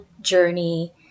journey